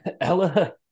Ella